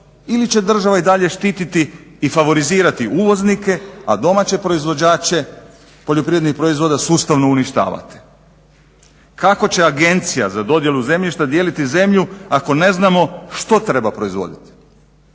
ili će država i dalje štititi i favorizirati uvoznike, a domaće proizvođače poljoprivrednih proizvoda sustavno uništavati? Kako će Agencija za dodjelu zemljišta dijeliti zemlju ako ne znamo što treba proizvoditi?